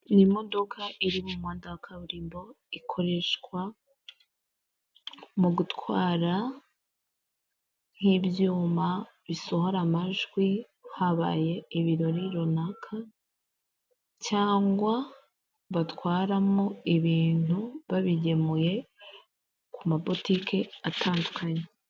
Iyi modoka iri mu muhanda wa kaburimbo ikoreshwa, mu gutwara nk'ibyuma bisohora amajwi habaye ibirori runaka cyangwa batwaramo ibintu babigemuye ku mabotike atandukanye.